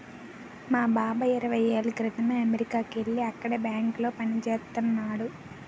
మా బాబాయి ఇరవై ఏళ్ళ క్రితమే అమెరికాకి యెల్లి అక్కడే బ్యాంకులో పనిజేత్తన్నాడు